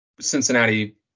Cincinnati